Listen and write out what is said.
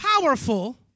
powerful